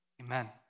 Amen